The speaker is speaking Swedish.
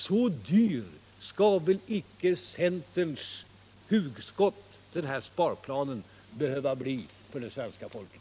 Så dyrt skall väl icke centerns hugskott — den här sparplanen — behöva bli för det svenska folket.